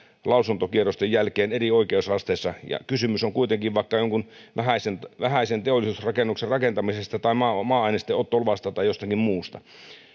lausuntokierrosten jälkeen eri oikeusasteissa ja kysymys on kuitenkin vaikka jonkun vähäisen vähäisen teollisuusrakennuksen rakentamisesta tai maa ainesten ottoluvasta tai jostakin muusta